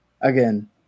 again